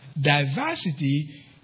diversity